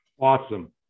Awesome